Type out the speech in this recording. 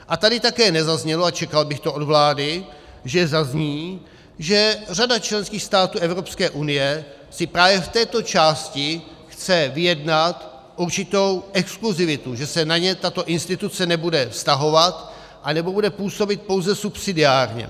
A tady také nezaznělo, a čekal bych to od vlády, že zazní, že řada členských států Evropské unie si právě v této části chce vyjednat určitou exkluzivitu, že se na ně tato instituce nebude vztahovat, anebo bude působit pouze subsidiárně.